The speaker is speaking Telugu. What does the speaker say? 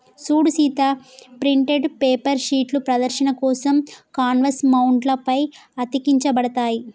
సూడు సీత ప్రింటెడ్ పేపర్ షీట్లు ప్రదర్శన కోసం కాన్వాస్ మౌంట్ల పై అతికించబడతాయి